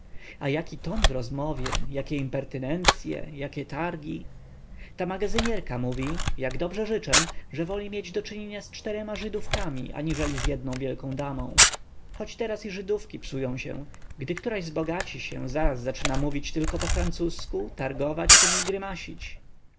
a jaki ton w rozmowie jakie impertynencye jakie targi ta magazynierka mówi jak dobrze życzę że woli mieć do czynienia z czterema żydówkami aniżeli z jedną wielką damą choć teraz i żydówki psują się gdy która zbogaci się zaraz zaczyna mówić tylko po francusku targować się i grymasić